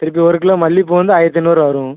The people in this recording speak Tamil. திருப்பி ஒரு கிலோ மல்லிப்பூ வந்து ஆயிரத்தி ஐந்நூறுபா வரும்